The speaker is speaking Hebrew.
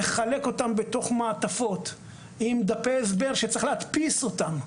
לחלק אותן בתוך מעטפות עם דפי הסבר שצריך להדפיס אותם.